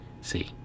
see